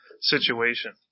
situation